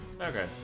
Okay